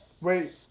Wait